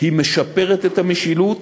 היא משפרת את המשילות